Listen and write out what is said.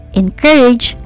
encourage